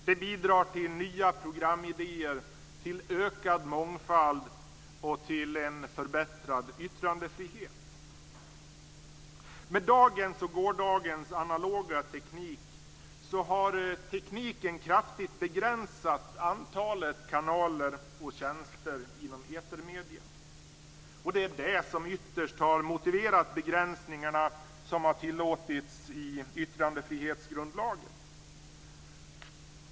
Det bidrar till nya programidéer, till ökad mångfald och till en förbättrad yttrandefrihet. Dagens och gårdagens analoga teknik har kraftigt begränsat antalet kanaler och tjänster inom etermedierna. Det är det som ytterst har motiverat begränsningarna som har tillåtits i yttrandefrihetsgrundlagen.